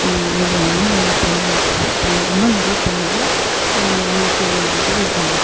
இவ்வளோ தான்ங்க நாங்கள் பண்ணுவோம் பண்ணும் இன்னும் நிறையா பண்ணுவோம் இன்னைக்கு இதுவே இது தான்ங்க